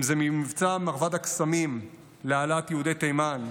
אם זה במבצע מרבד הקסמים להעלאת יהודי תימן,